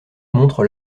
montre